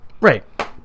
right